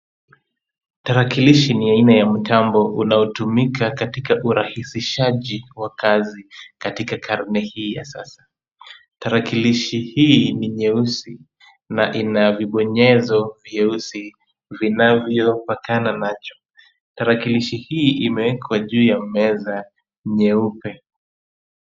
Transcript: Tarakilishi ni aina ya mtambo unaotumika katika urahisishaji wa kazi katika karne hii ya sasa. Tarakilishi hii ni nyeusi na ina vibonyezo vyeusi vinavyopakana nacho. Tarakilishi hii imewekwa juu ya meza nyeupe.